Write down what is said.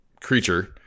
creature